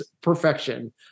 perfection